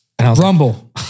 Rumble